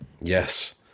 Yes